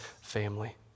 family